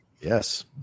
Yes